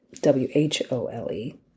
W-H-O-L-E